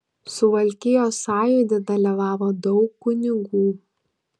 suvalkijos sąjūdy dalyvavo daug kunigų